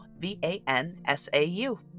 V-A-N-S-A-U